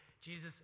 Jesus